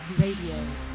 Radio